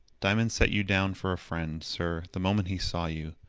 diamond set you down for a friend, sir, the moment he saw you.